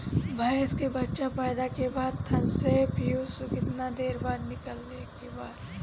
भैंस के बच्चा पैदा के बाद थन से पियूष कितना देर बाद निकले के बा?